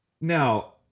Now